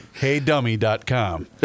HeyDummy.com